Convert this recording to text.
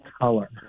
color